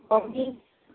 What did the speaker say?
okay